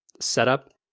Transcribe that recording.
setup